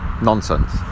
nonsense